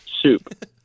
soup